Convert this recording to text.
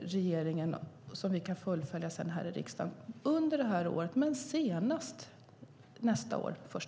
regeringen så att vi sedan kan fullfölja här i riksdagen under det här året men senast den 1 mars nästa år.